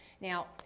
Now